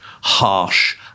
harsh